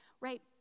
right